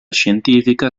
scientifica